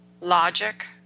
logic